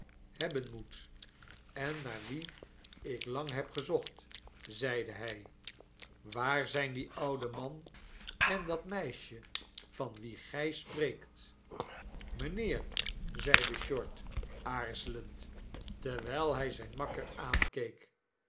hebben moet en naar wie ik lang heb gezocht zeide hij waar fzijn die oude man en dat meisje van wie gij spreekt mijnheer zeide short aarzelend terwijl hij zijn makker aankeek